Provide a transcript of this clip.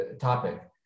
topic